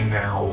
now